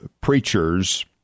preachers